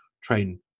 train